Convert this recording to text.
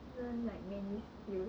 I want like many skills